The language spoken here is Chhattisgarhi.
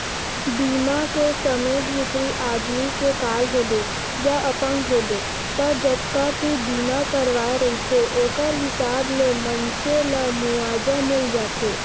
बीमा के समे भितरी आदमी के काल होगे या अपंग होगे त जतका के बीमा करवाए रहिथे ओखर हिसाब ले मनसे ल मुवाजा मिल जाथे